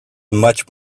much